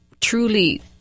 truly